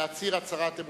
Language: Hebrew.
להצהיר הצהרת אמונים.